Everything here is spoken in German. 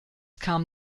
kam